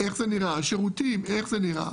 איך זה נראה, השירותים איך הם נראים,